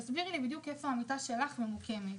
תסבירי לי בדיוק איפה המיטה שלך ממוקמת.